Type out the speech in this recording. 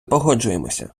погоджуємося